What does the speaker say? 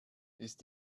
ist